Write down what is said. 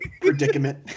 predicament